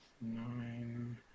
Nine